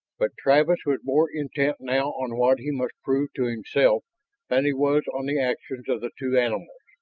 but travis was more intent now on what he must prove to himself than he was on the actions of the two animals.